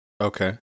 Okay